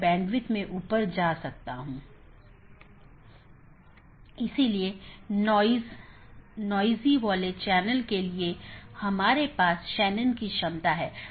इसका मतलब है कि मार्ग इन कई AS द्वारा परिभाषित है जोकि AS की विशेषता सेट द्वारा परिभाषित किया जाता है और इस विशेषता मूल्यों का उपयोग दिए गए AS की नीति के आधार पर इष्टतम पथ खोजने के लिए किया जाता है